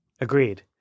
Agreed